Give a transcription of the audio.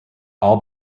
all